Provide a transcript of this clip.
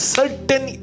certain